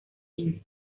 inc